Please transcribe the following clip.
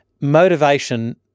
motivation